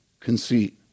Conceit